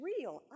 real